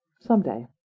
Someday